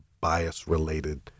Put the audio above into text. bias-related